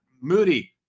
Moody